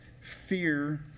fear